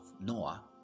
Noah